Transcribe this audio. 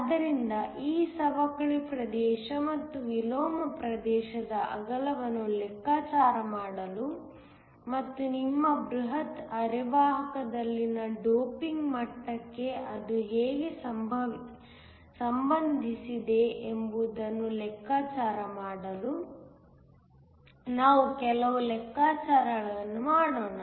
ಆದ್ದರಿಂದ ಈ ಸವಕಳಿ ಪ್ರದೇಶ ಮತ್ತು ವಿಲೋಮ ಪ್ರದೇಶದ ಅಗಲವನ್ನು ಲೆಕ್ಕಾಚಾರ ಮಾಡಲು ಮತ್ತು ನಿಮ್ಮ ಬೃಹತ್ ಅರೆವಾಹಕದಲ್ಲಿನ ಡೋಪಿಂಗ್ ಮಟ್ಟಕ್ಕೆ ಅದು ಹೇಗೆ ಸಂಬಂಧಿಸಿದೆ ಎಂಬುದನ್ನು ಲೆಕ್ಕಾಚಾರ ಮಾಡಲು ನಾವು ಕೆಲವು ಲೆಕ್ಕಾಚಾರಗಳನ್ನು ಮಾಡೋಣ